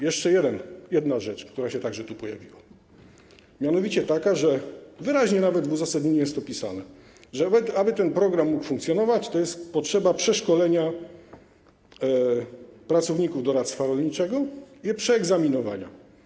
Jeszcze jedna rzecz, która także tu się pojawiła, mianowicie taka - wyraźnie nawet w uzasadnieniu jest to napisane - że aby ten program mógł funkcjonować, jest potrzeba przeszkolenia pracowników doradztwa rolniczego i przeegzaminowania.